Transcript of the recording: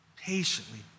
Patiently